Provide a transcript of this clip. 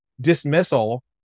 dismissal